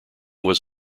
was